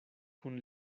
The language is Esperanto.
kun